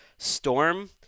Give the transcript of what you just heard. Storm